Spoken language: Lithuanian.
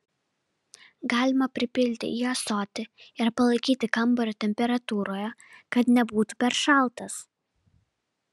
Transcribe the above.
galima pripilti į ąsotį ir palaikyti kambario temperatūroje kad nebūtų per šaltas